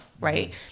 right